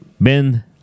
Ben